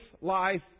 life